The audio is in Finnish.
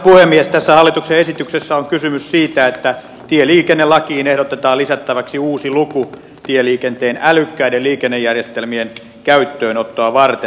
tässä hallituksen esityksessä on kysymys siitä että tieliikennelakiin ehdotetaan lisättäväksi uusi luku tieliikenteen älykkäiden liikennejärjestelmien käyttöönottoa varten